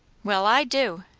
well, i do!